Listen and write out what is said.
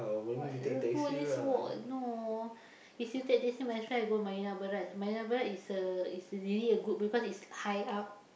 what lagoon is walk no if we take taxi might as well go Marina-Barrage Marina-Barrage is a is really a good because it's high up